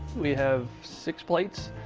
we have six plates.